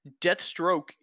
Deathstroke